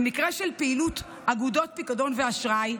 במקרה של פעילות אגודות פיקדון ואשראי,